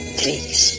please